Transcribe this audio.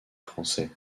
français